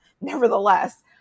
nevertheless